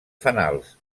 fanals